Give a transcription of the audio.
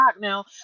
now